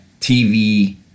TV